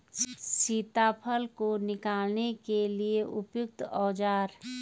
सीताफल को निकालने के लिए उपयुक्त औज़ार?